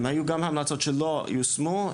היו גם המלצות שלא יושמו,